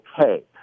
okay